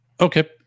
Okay